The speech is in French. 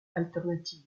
alternative